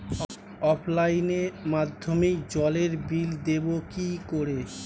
অফলাইনে মাধ্যমেই জলের বিল দেবো কি করে?